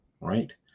right